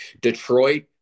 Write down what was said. Detroit